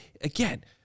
again